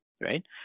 Right